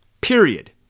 Period